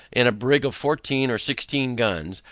in a brig of fourteen or sixteen guns,